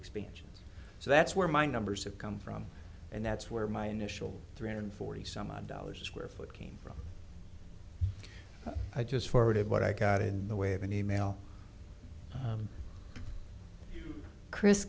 expansions so that's where my numbers have come from and that's where my initial three hundred forty some odd dollars a square foot came from i just forwarded what i got in the way of an e mail chris